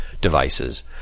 devices